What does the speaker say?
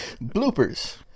Bloopers